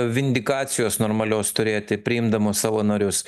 vindikacijos normalios turėti priimdamos savo narius